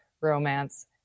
romance